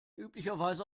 üblicherweise